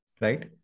right